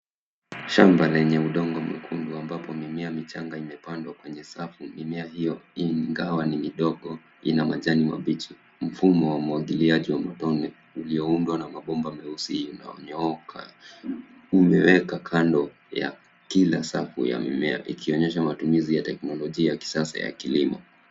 Shamba lenye udongo mwekundu ambapo mimea michanga imepandwa kwenye safu mimea hiyo, ingawa ni midogo, ina majani mabichi. Mfumo wa umwagiliaji wa matone ulio undwa na mabomba meusi yanayonyookaimewekwa kando ya kila safu ya mimea ikionyesha matumizi ya teknolojia ya kisasa ya kilimo.